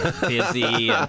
busy